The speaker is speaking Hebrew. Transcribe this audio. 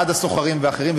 ועד הסוחרים ואחרים,